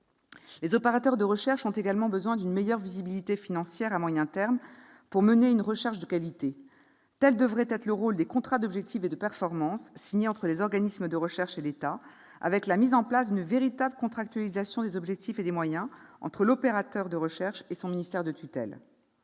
Les opérateurs de recherche ont également besoin d'une meilleure visibilité financière à moyen terme pour mener une recherche de qualité. Tel devrait être le rôle des contrats d'objectif et de performance signés entre les organismes de recherche et l'État, avec la mise en place d'une véritable contractualisation des objectifs et des moyens entre l'opérateur de recherche et son ministère de tutelle.